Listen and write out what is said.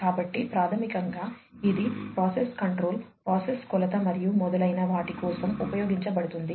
కాబట్టి ప్రాథమికంగా ఇది ప్రాసెస్ కంట్రోల్ ప్రాసెస్ కొలత మరియు మొదలైన వాటి కోసం ఉపయోగించబడుతుంది